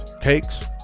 cakes